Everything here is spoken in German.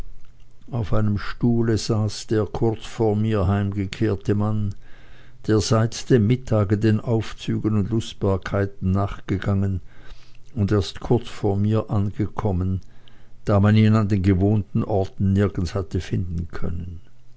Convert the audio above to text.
auf einem stuhle saß der kurz vor mir heimgekehrte mann der seit dem mittage den aufzügen und lustbarkeiten nachgegangen und erst kurz vor mir angekommen da man ihn an den gewohnten orten nirgends hatte finden können